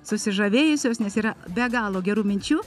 susižavėjusios nes yra be galo gerų minčių